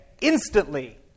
instantly